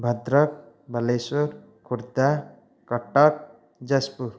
Bhadrak Balasore Khordha Cuttack Jajpur